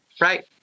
Right